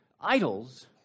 idols